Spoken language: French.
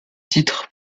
titre